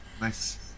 nice